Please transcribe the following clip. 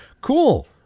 cool